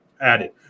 added